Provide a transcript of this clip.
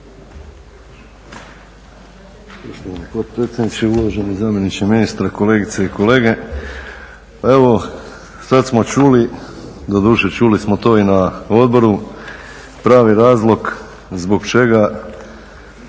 sada smo čuli, doduše čuli smo to i na odboru, pravi razlog zbog čega